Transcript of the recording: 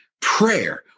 Prayer